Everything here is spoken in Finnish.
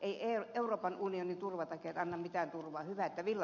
eivät euroopan unionin turvatakeet anna mitään turvaa